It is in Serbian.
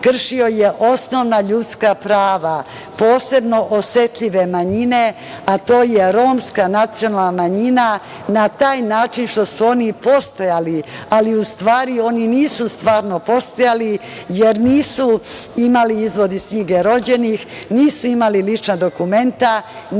kršio je osnovna ljudska prava, posebno osetljive manjine, a to je romska nacionalna manjina, na taj način što su oni postojali, ali u stvari oni nisu stvarno postojali, jer nisu imali izvod iz knjige rođenih, nisu imali lična dokumenta,